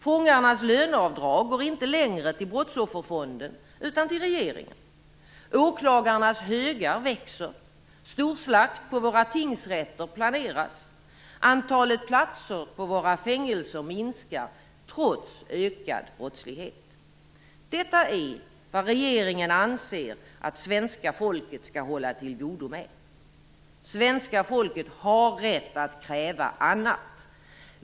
Fångarnas löneavdrag går inte längre till Brottsofferfonden utan till regeringen. Åklagarnas högar växer. Storslakt på våra tingsrätter planeras. Antalet platser på våra fängelser minskar trots ökad brottslighet. Detta är vad regeringen anser att svenska folket skall hålla till godo med. Svenska folket har rätt att kräva annat.